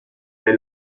der